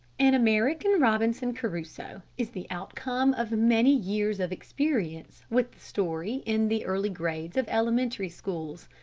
an american robinson crusoe is the outcome of many years of experience with the story in the early grades of elementary schools.